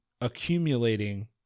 accumulating